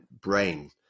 brain